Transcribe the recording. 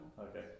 Okay